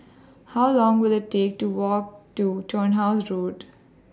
How Long Will IT Take to Walk to Turnhouse Road